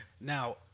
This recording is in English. Now